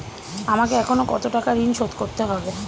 আমাকে এখনো কত টাকা ঋণ শোধ করতে হবে?